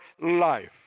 life